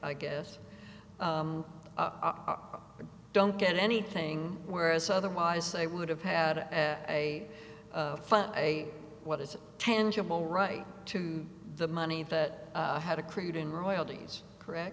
i guess you don't get anything whereas otherwise they would have had a fun a what is it tangible right to the money that had accrued in royalties correct